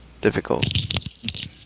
difficult